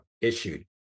issued